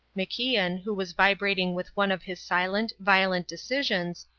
macian, who was vibrating with one of his silent, violent decisions,